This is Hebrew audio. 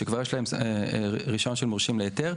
שכבר יש להם רישיון של מורשים להיתר,